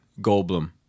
Goldblum